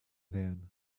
van